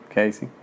Casey